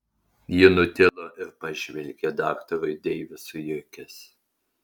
ji nutilo ir pažvelgė daktarui deivisui į akis